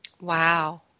Wow